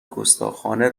گستاخانه